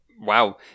Wow